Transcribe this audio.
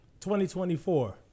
2024